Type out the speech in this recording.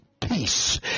peace